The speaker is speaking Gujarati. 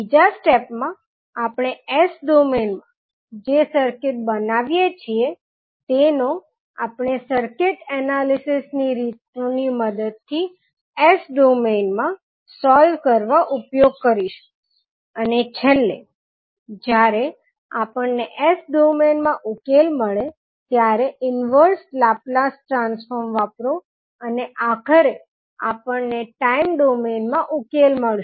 બીજા સ્ટેપ માં આપણે S ડોમેઇન માં જે સર્કિટ બનાવીએ છીએ તેનો આપણે સર્કિટ એનાલિસીસ ની રીતોની મદદથી S ડોમેઇન માં સોલ્વ કરવા ઉપયોગ કરીશું અને છેલ્લે જ્યારે આપણને S ડોમેઇન માં ઉકેલ મળે ત્યારે ઇન્વર્સ લાપ્લાસ ટ્રાન્સફોર્મ વાપરો અને આખરે આપણને ટાઇમ ડોમેઇન માં ઉકેલ મળશે